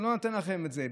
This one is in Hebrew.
לא ניתן לכם את זה.